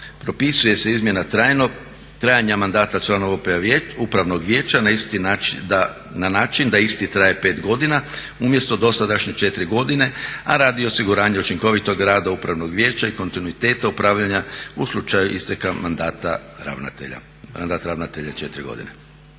Propisuje se izmjena trajanja mandata članova upravnog vijeća na isti način da, na način da isti traje 5 godina umjesto dosadašnje 4 godine a radi osiguranja i učinkovitog rada upravnog vijeća i kontinuiteta upravljanja u slučaju isteka mandata ravnatelja.